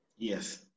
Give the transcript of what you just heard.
Yes